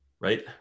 right